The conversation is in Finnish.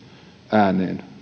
ääneen